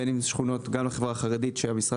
בין אם זה שכונות גם לחברה החרדית שהמשרד